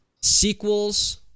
sequels